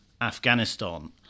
Afghanistan